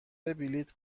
بلیط